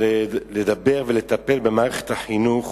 לדבר ולטפל במערכת החינוך.